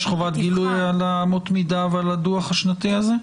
יש חובת גילוי על אמות מידה ועל הדוח השנתי הזה?